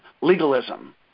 legalism